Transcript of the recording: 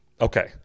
Okay